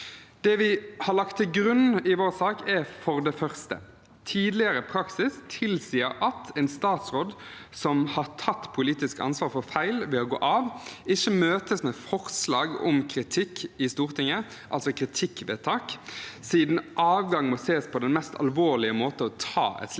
Det vi har lagt til grunn i vår sak, er for det første at tidligere praksis tilsier at en statsråd som har tatt politisk ansvar for en feil ved å gå av, ikke møtes med forslag om kritikk i Stortinget – altså et kritikkvedtak – siden avgang må ses på som den mest alvorlige måte å ta slikt